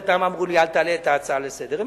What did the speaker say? שכן הם אמרו לי לא להעלות את ההצעה לסדר-היום.